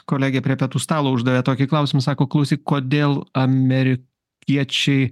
kolegė prie pietų stalo uždavė tokį klausimą sako klausyk kodėl amerikiečiai